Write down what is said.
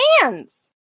hands